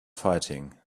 fighting